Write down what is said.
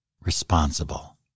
responsible